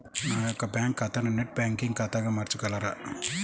నా యొక్క బ్యాంకు ఖాతాని నెట్ బ్యాంకింగ్ ఖాతాగా మార్చగలరా?